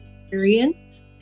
experience